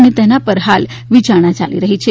અન તેના પર હાલ વિચારણા ચાલી રહી છે